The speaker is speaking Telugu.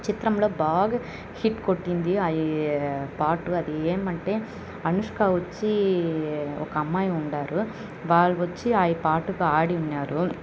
చిత్రంలో బాగా హిట్ కొట్టింది అది పాట అది ఏమంటే అనుష్క వచ్చి ఒక అమ్మాయి ఉంటారు వాళ్ళు వచ్చి ఆ పాటకు ఆడి ఉన్నారు